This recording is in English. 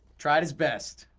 tried his best.